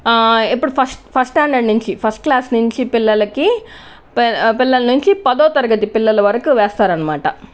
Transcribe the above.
ఇప్పుడు first first standard నుండి first class నుంచి పిల్లలకి పిల్లల నుంచి పదవ తరగతి పిల్లల వరకు వేస్తారనమాట